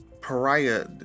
pariah